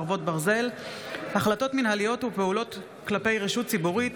חרבות ברזל) (החלטות מינהליות ופעולות כלפי רשות ציבורית,